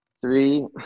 three